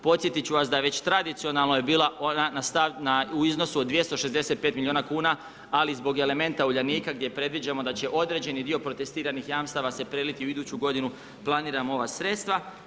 Podsjetiti ću vas da već tradicionalno je bila … u iznosu od 265 milijuna kn, ali zbog elementa Uljanika, gdje predviđamo da će određeni dio protestiranih jamstava se preliti u iduću g. planiramo ova sredstva.